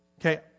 Okay